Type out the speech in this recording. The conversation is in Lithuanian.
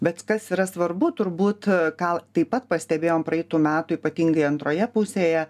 bet kas yra svarbu turbūt ką taip pat pastebėjom praeitų metų ypatingai antroje pusėje